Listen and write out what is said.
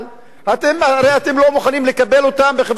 הרי אתם לא מוכנים לקבל אותם בחברת החשמל,